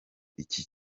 iki